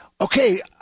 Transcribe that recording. Okay